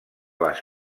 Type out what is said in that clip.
les